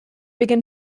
began